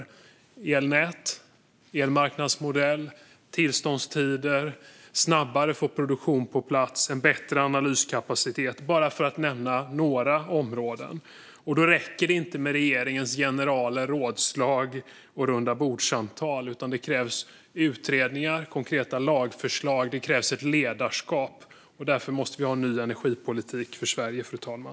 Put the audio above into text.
Det handlar om elnät, elmarknadsmodell, tillståndstider, att snabbare få produktion på plats och en bättre analyskapacitet, bara för att nämna några områden. Då räcker det inte med regeringens generalrådslag och rundabordssamtal. Det krävs utredningar, konkreta lagförslag och ledarskap. Därför måste vi ha en ny energipolitik för Sverige, fru talman.